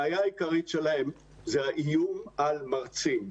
הבעיה העיקרית שלהם זה האיום על מרצים.